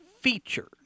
feature